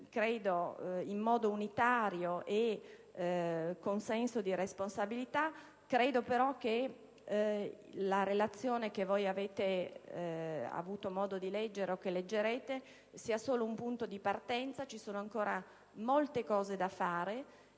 svolto in modo unitario e con senso di responsabilità. Ritengo, però, che la relazione che avete avuto modo di leggere o che leggerete sia solo un punto di partenza. Sono ancora molte le cose da fare